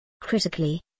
Critically